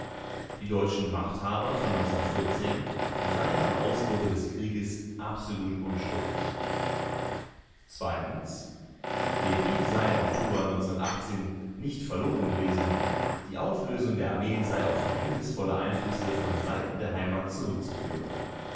die deutschen machthaber von seien am ausbruche des krieges absolut unschuldig der krieg sei im oktober nicht verloren gewesen die auflösung der armee sei auf verhängnisvolle einflüsse von seiten der heimat zurückzuführen